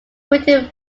written